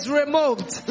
removed